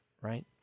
right